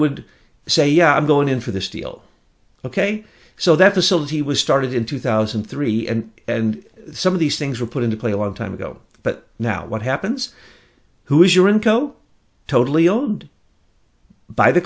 would say yeah i'm going in for this deal ok so that facility was started in two thousand and three and and some of these things were put into play a long time ago but now what happens who is your income totally owned by the